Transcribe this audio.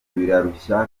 birarushya